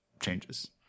changes